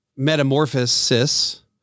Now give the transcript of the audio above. Metamorphosis